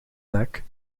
neck